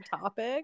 topic